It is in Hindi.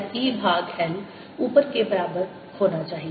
और यह E भाग L ऊपर के बराबर होना चाहिए